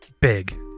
big